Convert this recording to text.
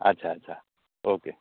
ଆଚ୍ଛା ଆଚ୍ଛା ଓ କେ